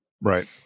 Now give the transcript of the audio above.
Right